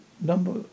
number